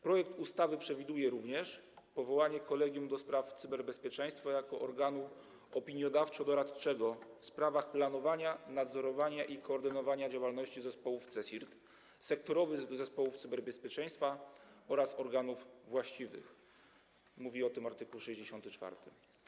Projekt ustawy przewiduje również powołanie Kolegium do Spraw Cyberbezpieczeństwa jako organu opiniodawczo-doradczego w sprawach planowania, nadzorowania i koordynowania działalności zespołów CSIRT, sektorowych zespołów cyberbezpieczeństwa oraz organów właściwych - mówi o tym art. 64.